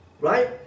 right